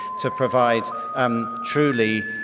to provide um truly